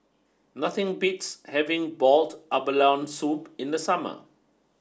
nothing beats having Boiled Abalone Soup in the summer